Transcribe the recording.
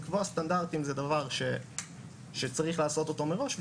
לקבוע סטנדרטים זה דבר שצריך לעשות אותו מראש,